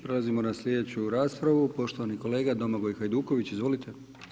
Prelazimo na sljedeću raspravu, poštovani kolega Domagoj Hajduković, izvolite.